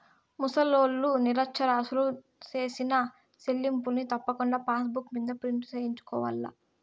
ముసలోల్లు, నిరచ్చరాసులు సేసిన సెల్లింపుల్ని తప్పకుండా పాసుబుక్ మింద ప్రింటు సేయించుకోవాల్ల